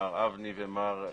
מר אבני ומר חזן,